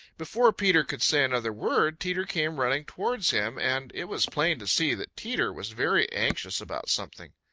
before peter could say another word teeter came running towards him, and it was plain to see that teeter was very anxious about something.